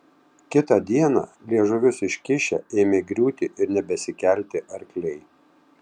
kitą dieną liežuvius iškišę ėmė griūti ir nebesikelti arkliai